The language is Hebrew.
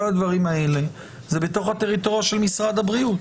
כל הדברים האלה זה בתוך הטריטוריה של משרד הבריאות,